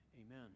amen